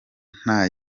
nta